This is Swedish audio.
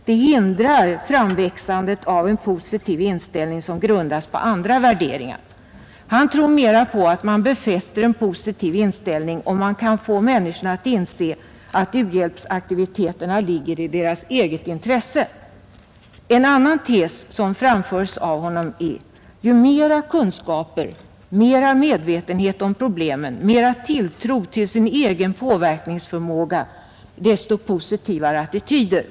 Den hindrar framväxandet av en positiv inställning som grundas på andra värderingar. Han tror mera på att man befäster en positiv inställning om man kan få människorna att inse att u-hjälpsaktiviteterna ligger i deras eget intresse. En annan tes som framförts av honom är: ju mera kunskaper, ju större medvetenhet om problemen, ju större tilltro till sin egen påverkningsförmåga, desto positivare attityder.